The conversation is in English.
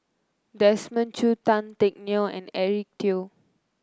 Desmond Choo Tan Teck Neo and Eric Teo